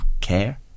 care